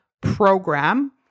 program